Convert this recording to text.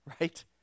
right